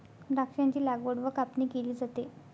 द्राक्षांची लागवड व कापणी केली जाते